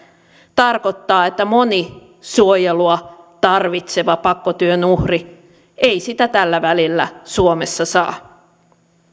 tarkoittaa että moni suojelua tarvitseva pakkotyön uhri ei sitä tällä välillä suomessa saa